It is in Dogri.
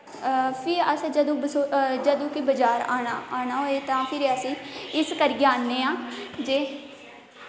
जदूं कि असें ई फिर बजार औना होऐ ते फिर असें ई इस करियै आने आं जे